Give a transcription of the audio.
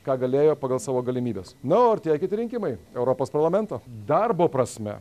ką galėjo pagal savo galimybes nu ir tie kiti rinkimai europos parlamento darbo prasme